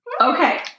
Okay